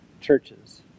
churches